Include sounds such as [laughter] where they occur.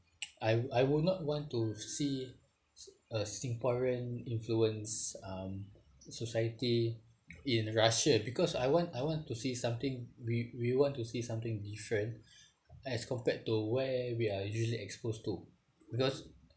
[noise] I will I will not want to see a singaporean influenced um society in russia because I want I want to see something we we want to see something different [breath] as compared to where we are usually exposed to because